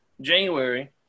January